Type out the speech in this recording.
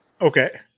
Okay